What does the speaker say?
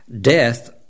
Death